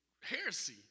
heresy